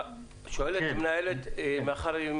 אני שואל שאלה עדינה: מאחר ואנחנו